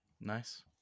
Nice